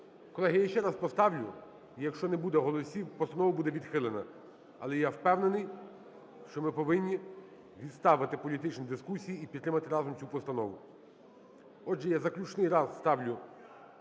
Колеги, я ще раз поставлю і, якщо не буде голосів, постанова буде відхилена. Але я впевнений, що ми повинні відставити політичні дискусії і підтримати разом цю постанову. Отже, я заключний раз ставлю